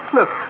Look